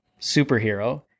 superhero